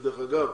דרך אגב,